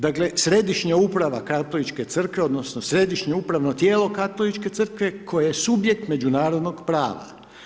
Dakle, središnja uprava Katoličke crkve, odnosno, središnje upravno tijelo Katoličke crkve koja je subjekt međunarodnog prava.